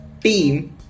team